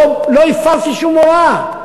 לא הפרתי שום הוראה,